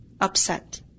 upset